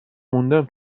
موندم